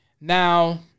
now